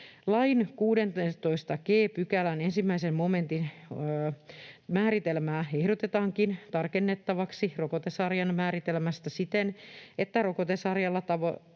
Lain 16 g §:n 1 momentin määritelmää ehdotetaankin tarkennettavaksi rokotesarjan määritelmästä siten, että rokotesarjalla